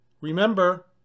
Remember